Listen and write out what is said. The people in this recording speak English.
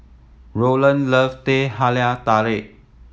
Roland love Teh Halia Tarik